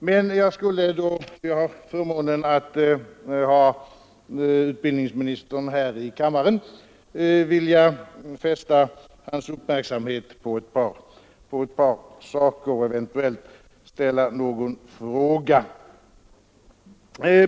Men då jag märker att jag har förmånen att se utbildningsministern här i kammaren, skulle jag vilja fästa hans uppmärksamhet på ett par saker och eventuellt ställa någon fråga till honom.